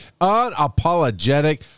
unapologetic